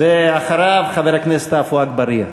ואחריו, חבר הכנסת עפו אגבאריה.